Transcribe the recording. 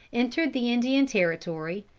entered the indian territory,